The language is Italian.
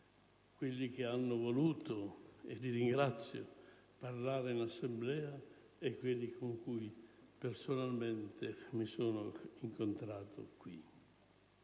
quelli che hanno voluto - e li ringrazio - intervenire in Assemblea e quelli con cui personalmente mi sono incontrato.